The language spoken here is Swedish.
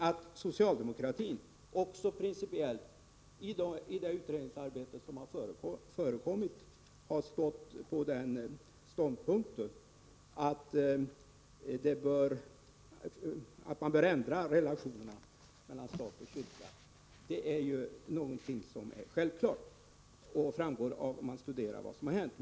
Att socialdemokratin i det utredningsarbete som har förekommit också principiellt intagit den ståndpunkten, att man bör ändra relationerna mellan stat och kyrka, är väl känt och framgår om man studerar vad som har hänt.